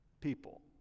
people